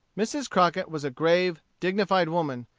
mrs. crockett was a grave, dignified woman,